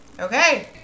Okay